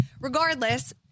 Regardless